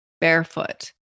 barefoot